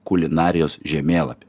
kulinarijos žemėlapį